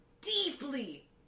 Deeply